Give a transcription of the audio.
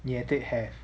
你也 tick have